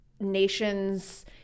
nations